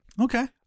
Okay